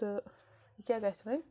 تہٕ یہِ کیٛاہ گَژھِ وۄنۍ